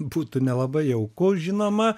būtų nelabai jauku žinoma